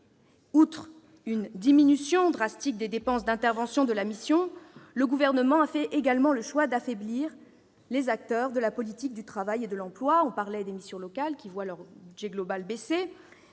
Outre une diminution drastique des dépenses d'intervention de la mission, le Gouvernement a également fait le choix d'affaiblir les acteurs de la politique du travail et de l'emploi. Les missions locales voient ainsi leur budget global baisser.